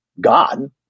God